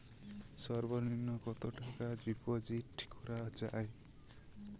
সর্ব নিম্ন কতটাকা ডিপোজিট করা য়ায়?